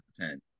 ten